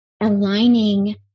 aligning